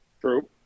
True